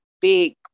big